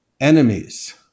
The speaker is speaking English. Enemies